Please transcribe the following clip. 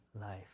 life